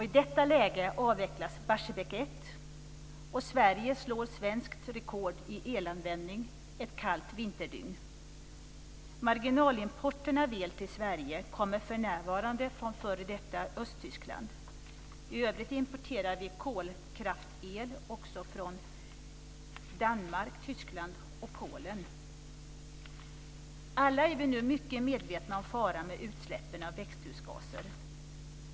I detta läge avvecklas Barsebäck 1, och Sverige slår svenskt rekord i elanvändning ett kallt vinterdygn. Marginalimporten av el till Sverige kommer för närvarande från f.d. Östtyskland. I övrigt importerar vi kolkraftsel också från Danmark, Tyskland och Alla är vi nu mycket medvetna om faran med utsläppen av växthusgaser.